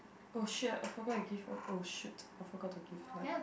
oh shit I forgot I give what oh shit I forgot to give life